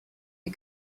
you